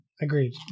agreed